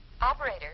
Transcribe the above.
Operator